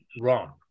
wrong